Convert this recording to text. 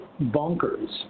bonkers